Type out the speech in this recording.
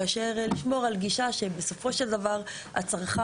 ולשמור על גישה שבסופו של דבר הצרכן,